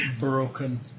broken